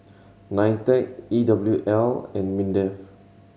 NITEC E W L and MINDEF